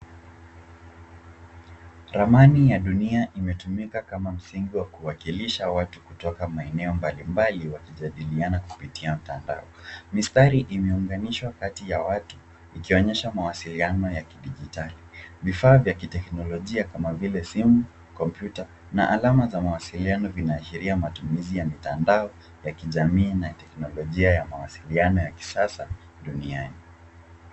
Ramani ya dunia imetumika kama msingi kuwakilisha watu kutoka maeneo mbalimbali wakisaidiana kupitia mtandao. Mistari imeunganishwa kati ya watu ikionyesha mawasiliano ya kidijitali, vifaa ya kiteknolojia kama vile simu, kompyuta na alama za mawasiliano ikibashiria matumizi ya mtandao wa kidijitali na teknolojia ya mawasiliano ya kisasa duniani.